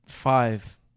Five